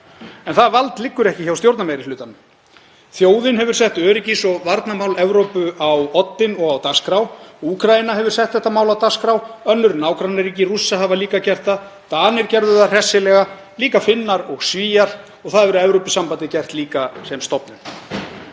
En það vald liggur ekki hjá stjórnarmeirihlutanum. Þjóðin hefur sett öryggis- og varnarmál Evrópu á oddinn og á dagskrá. Úkraína hefur sett þetta mál á dagskrá, önnur nágrannaríki Rússa hafa líka gert það, Danir gerðu það hressilega, líka Finnar og Svíar, og það hefur Evrópusambandið líka gert sem stofnun.